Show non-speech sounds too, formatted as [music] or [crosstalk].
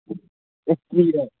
[unintelligible]